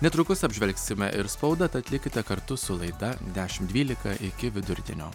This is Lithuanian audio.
netrukus apžvelgsime ir spaudą tad likite kartu su laida dešim dvylika iki vidurdienio